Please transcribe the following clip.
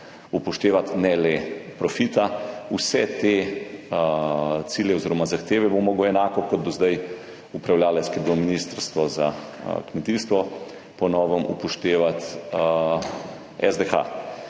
upoštevati, ne le profita. Vse te cilje oziroma zahteve bo moral enako kot do zdaj upravljavec, ki je bilo Ministrstvo za kmetijstvo, po novem upoštevati SDH.